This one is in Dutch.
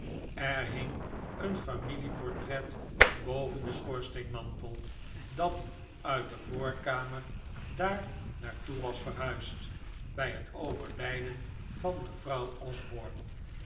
er hing een familieportret boven den schoorsteenmantel dat uit de voorkamer daar naar toe was verhuisd bij het overlijden van mevrouw osborne